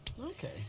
Okay